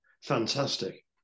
fantastic